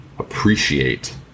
appreciate